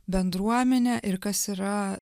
bendruomenė ir kas yra